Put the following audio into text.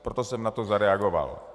Proto jsem na to zareagoval.